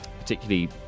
particularly